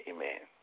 Amen